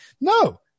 No